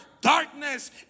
darkness